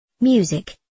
Music